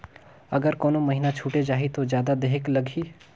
अगर कोनो महीना छुटे जाही तो जादा देहेक लगही?